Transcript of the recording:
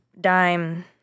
dime